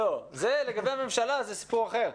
לגבי הממשלה זה סיפור אחר.